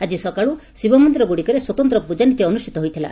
ଆକି ସକାଳୁ ଶିବମନ୍ଦିରଗୁଡ଼ିକରେ ସ୍ୱତନ୍ତ ପ୍ରଜାନୀତି ଅନୁଷ୍ଠିତ ହୋଇଥିଲା